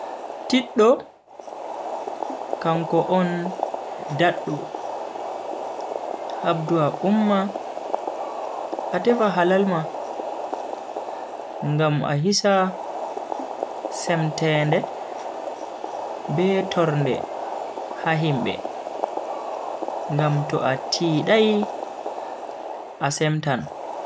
Tiddo kanko on daddo. habdu a umma a tefa halal ma ngam a hisa semtende be tornde ha himbe, ngam to a tiidai a semtan.